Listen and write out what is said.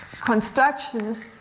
construction